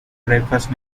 breakfast